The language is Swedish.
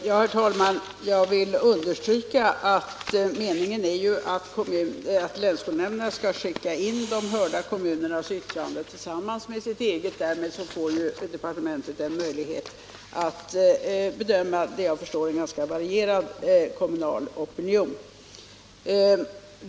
Herr talman! Jag vill understryka att meningen är att länsskolnämnderna skall skicka in de hörda kommunernas yttranden tillsammans med sitt eget. Därmed får departementet en möjlighet att bedöma en, vad jag förstår, ganska varierad kommunal opinion.